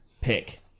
pick